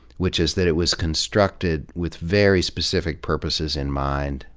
which is that it was constructed with very specific purposes in mind,